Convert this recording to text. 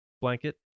blanket